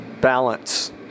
balance